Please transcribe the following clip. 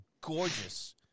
gorgeous